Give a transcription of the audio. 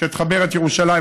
שתחבר את ירושלים,